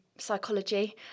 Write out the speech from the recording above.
psychology